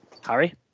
Harry